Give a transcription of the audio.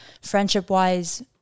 friendship-wise